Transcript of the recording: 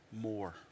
more